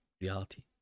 reality